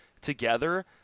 together